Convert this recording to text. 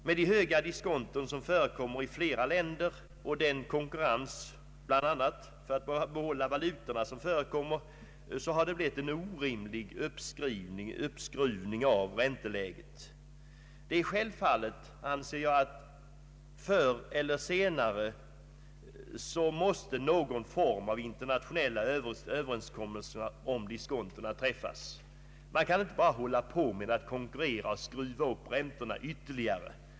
Med de höga diskonton som förekommer i flera länder och den konkurrens som förekommer bl.a. för att behålla valutorna har det blivit en orimlig uppskruvning av ränteläget. Självfallet måste, anser jag, förr eller senare någon form av internationell överenskommelse om diskontona träffas. Man kan inte bara hålla på med att konkurrera och skruva upp räntorna ytterligare.